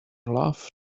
love